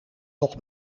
nog